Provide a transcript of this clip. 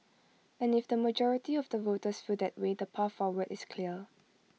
and if the majority of the voters feel that way the path forward is clear